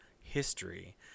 history